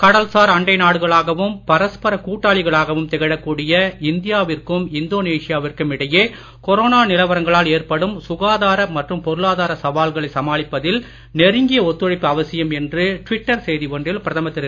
கடல்சார் அண்டைநாடுகளாகவும் பரஸ்பர கூட்டாளிகளாகவும் திகழக்கூடிய இந்தியாவிற்கும் இந்தோனேஷியா விற்கும் இடையே கொரோனா நிலவரங்களால் ஏற்படும் சுகாதார மற்றும் பொருளாதார சவால்களை சமாளிப்பதில் நெருங்கிய ஒத்துழைப்பு அவசியம் என்று டுவிட்டர் செய்தி ஒன்றில் பிரதமர் திரு